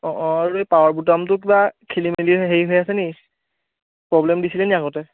অঁ অঁ আৰু এই পাৱাৰ বুটামটো কিবা খেলি মেলি হেৰি হৈ আছে নেকি প্ৰব্লেম দিছিলে নেকি আগতে